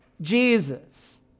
jesus